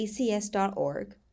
ACS.org